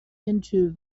into